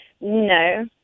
No